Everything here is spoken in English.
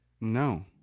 no